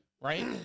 Right